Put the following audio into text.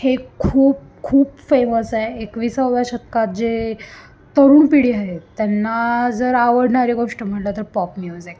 हे खूप खूप फेमस आहे एकवीसाव्या शतकात जे तरुण पिढी आहेत त्यांना जर आवडणारी गोष्ट म्हणलं तर पॉप म्युझिक